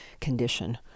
condition